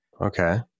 Okay